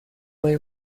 way